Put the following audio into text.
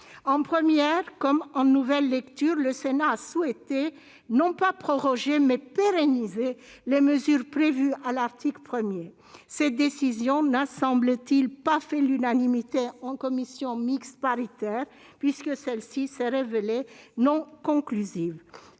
En première comme en nouvelle lecture, le Sénat a souhaité non pas proroger, mais pérenniser les mesures prévues à l'article 1. Cette décision n'a semble-t-il pas fait l'unanimité en commission mixte paritaire, puisque celle-ci n'a pas été conclusive.